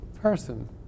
person